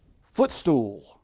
footstool